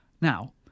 Now